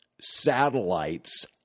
satellites